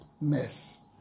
mess